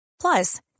Plus